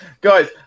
Guys